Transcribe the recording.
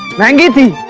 not get the